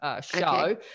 show